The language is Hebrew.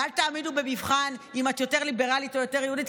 ואל תעמידו במבחן אם את יותר ליברלית או יותר יהודית,